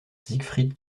siegfried